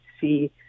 see